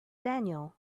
daniel